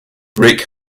rick